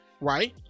Right